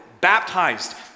baptized